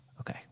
Okay